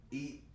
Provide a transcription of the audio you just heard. eat